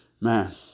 man